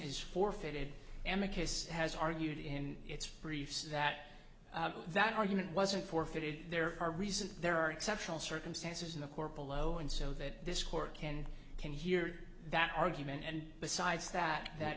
is forfeited emma case has argued in its briefs that that argument wasn't forfeited there are reasons there are exceptional circumstances in the core polow and so that this court can can hear that argument and besides that that